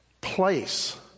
place